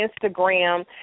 Instagram